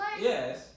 Yes